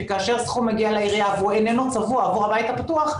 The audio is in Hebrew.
שכאשר סכום מגיע לעירייה והוא איננו צבוע עבור הבית הפתוח,